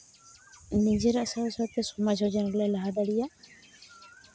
ᱱᱤᱡᱮᱨᱟᱜ ᱥᱟᱶᱼᱥᱟᱶᱛᱮ ᱥᱚᱢᱟᱡᱽ ᱦᱚᱸ ᱡᱮᱱᱚᱞᱮ ᱞᱟᱦᱟ ᱫᱟᱲᱭᱟᱜ